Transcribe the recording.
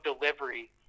delivery